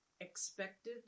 expected